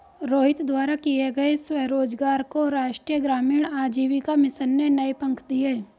रोहित द्वारा किए गए स्वरोजगार को राष्ट्रीय ग्रामीण आजीविका मिशन ने नए पंख दिए